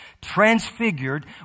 Transfigured